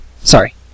Sorry